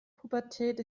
pubertät